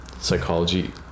psychology